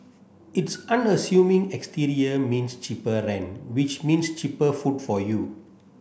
its unassuming exterior means cheaper rent which means cheaper food for you